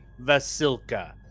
Vasilka